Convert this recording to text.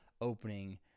opening